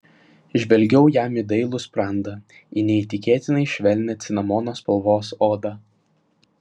žvelgiau jam į dailų sprandą į neįtikėtinai švelnią cinamono spalvos odą